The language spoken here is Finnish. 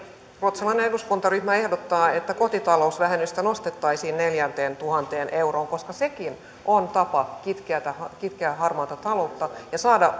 ruotsalainen eduskuntaryhmä ehdottaa että kotitalousvähennystä nostettaisiin neljääntuhanteen euroon koska sekin on tapa kitkeä harmaata taloutta ja saada